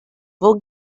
wol